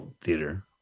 theater